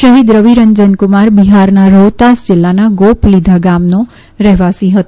શહીદ રવિરંજનકુમાર બિહારના રોહતાસ જિલ્લાના ગોપ લિધા ગામનો રહેવાસી હતો